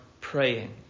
praying